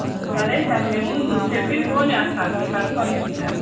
సరే సార్ మేము చెప్పి ఫోన్ చేస్తాములే కనుక్కుని ఫోన్ చేస్తాను